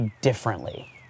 differently